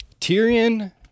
Tyrion